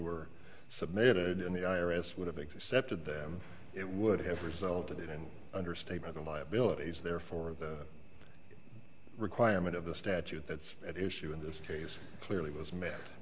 were submitted in the i r s would have accepted them it would have resulted in understatement the liabilities therefore the requirement of the statute that's at issue in this case clearly was m